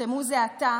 שנחתמו זה עתה,